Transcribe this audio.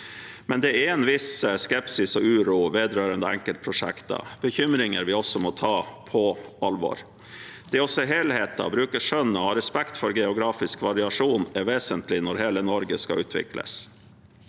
men det er en viss skepsis og uro vedrørende enkeltprosjek ter, bekymringer vi også må ta på alvor. Det å se helheten, bruke skjønn og ha respekt for geografisk variasjon er vesentlig når hele Norge skal utvikles.